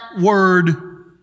word